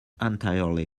entirely